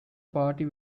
party